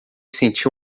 sentiu